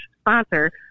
sponsor